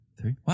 three